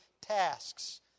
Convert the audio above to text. tasks